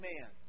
man